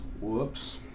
whoops